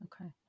Okay